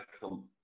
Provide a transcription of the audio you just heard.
come